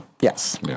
Yes